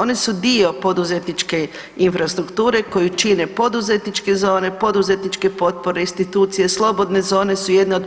One su dio poduzetničke infrastrukture koju čine poduzetničke zone, poduzetničke potpore, institucije, slobodne zone su jedne od